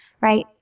right